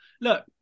Look